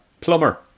plumber